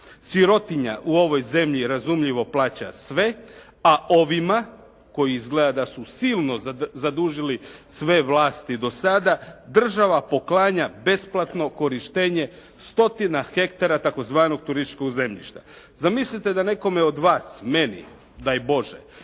Sirotinja u ovoj zemlji razumljivo plaća sve, a ovima koji izgleda da su silno zadužili sve vlasti do sada, država poklanja besplatno korištenje stotine hektara tzv. turističkog zemljišta. Zamislite da nekom od vas, meni, daj Bože